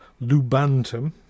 lubantum